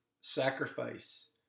sacrifice